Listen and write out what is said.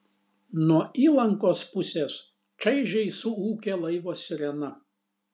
nuo įlankos pusės čaižiai suūkė laivo sirena